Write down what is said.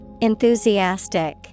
Enthusiastic